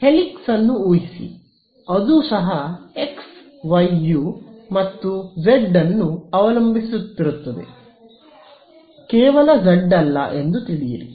helix ಅನ್ನು ಊಹಿಸಿ ಅದು ಸಹ x y ಯು ಮತ್ತು ಜೆಡ್ ಅನ್ನು ಅವಲಂಬಿಸಿರುತ್ತದೆ ಕೇವಲ z ಅಲ್ಲ ಎಂದು ತಿಳಿಯಿರಿ